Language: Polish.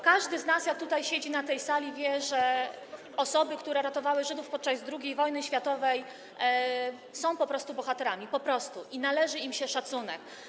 Każdy z nas, jak tutaj siedzi na tej sali, wie, że osoby, które ratowały Żydów podczas II wojny światowej, są po prostu bohaterami: po prostu, i należy im się szacunek.